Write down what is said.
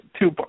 Two